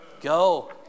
go